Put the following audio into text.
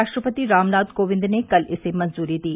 राष्ट्रपति रामनाथ कोविंद ने कल इसे मंजूरी दी